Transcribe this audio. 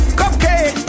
cupcake